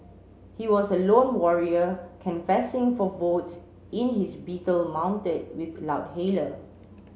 he was a lone warrior canvassing for votes in his beetle mounted with loudhailer